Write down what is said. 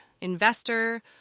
investor